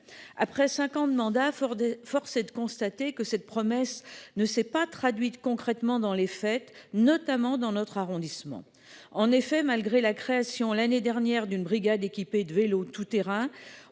Après 5 ans de mandat Ford, force est de constater que cette promesse ne s'est pas traduite concrètement dans les fêtes, notamment dans notre arrondissement. En effet, malgré la création, l'année dernière d'une brigade équipés de vélo terrain